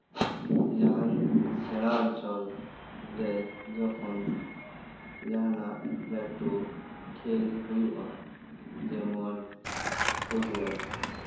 ᱡᱟᱦᱟᱱ ᱥᱮᱲᱟ ᱚᱧᱪᱚᱞ ᱨᱮ ᱡᱚᱠᱷᱚᱱ ᱡᱟᱦᱟᱱᱟᱜ ᱞᱟᱹᱴᱩ ᱠᱷᱮᱞ ᱦᱩᱭᱩᱜᱼᱟ ᱡᱮᱢᱚᱱ ᱯᱷᱩᱴᱵᱚᱞ